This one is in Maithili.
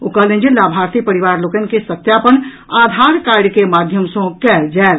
ओ कहलनि जे लाभार्थी परिवार लोकनि के सत्यापन आधार कार्ड के माध्यम सँ कयल जायत